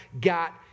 got